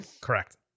Correct